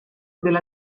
della